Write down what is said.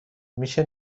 میشه